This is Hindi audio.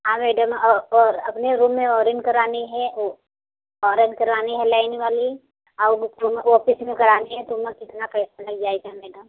हाँ मैडम और और अपने रूम में वायरिंग करानी है फ़ौरन करानी है लाइन वाली और उसमें ऑफिस में करानी है तो उसमें कितना पैसा लग जाएगा मैडम